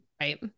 Right